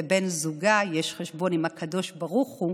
לבן זוגה, יש חשבון עם הקדוש ברוך הוא,